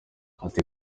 ati